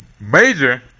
major